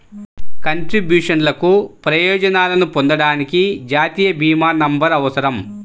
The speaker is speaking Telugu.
కంట్రిబ్యూషన్లకు ప్రయోజనాలను పొందడానికి, జాతీయ భీమా నంబర్అవసరం